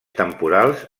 temporals